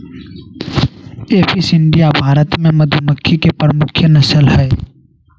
Apis indica Bharat मे मधुमक्खी के प्रमुख नस्ल हय